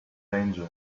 danger